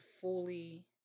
fully